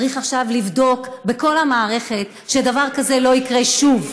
צריך עכשיו לבדוק בכל המערכת שדבר כזה לא יקרה שוב.